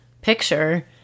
picture